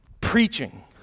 preaching